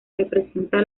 representa